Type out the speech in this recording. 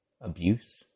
abuse